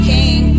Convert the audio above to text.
King